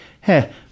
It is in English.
hey